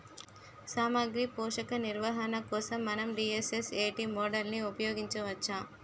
సామాగ్రి పోషక నిర్వహణ కోసం మనం డి.ఎస్.ఎస్.ఎ.టీ మోడల్ని ఉపయోగించవచ్చా?